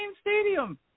stadium